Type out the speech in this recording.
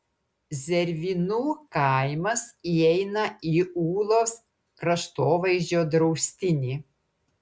zervynų kaimas įeina į ūlos kraštovaizdžio draustinį